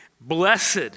blessed